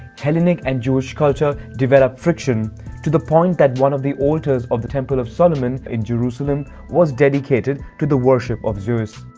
hellenic and jewish culture developed friction to the point that one of the altars of the temple of solomon in jerusalem was dedicated to the worship of zeus.